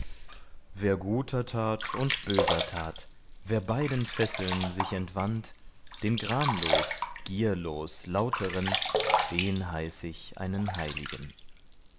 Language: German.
wer guter tat und böser tat wer beiden fesseln sich entwand den gramlos gierlos lauteren den heiß ich einen heiligen